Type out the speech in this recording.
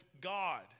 God